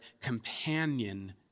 companion